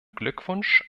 glückwunsch